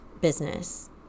business